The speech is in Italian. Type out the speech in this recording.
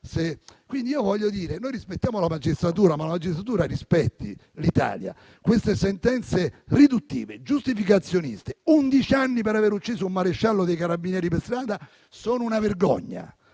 offendono. Voglio dire che noi rispettiamo la magistratura, ma la magistratura rispetti l'Italia. Queste sentenze sono riduttive e giustificazioniste: undici anni, per aver ucciso un maresciallo dei Carabinieri per strada, sono una vergogna.